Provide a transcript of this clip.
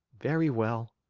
very well.